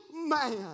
man